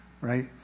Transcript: right